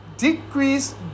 decrease